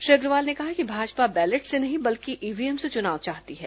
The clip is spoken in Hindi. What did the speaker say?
श्री अग्रवाल ने कहा कि भाजपा बैलेट से नहीं बल्कि ईव्हीएम से चुनाव चाहती है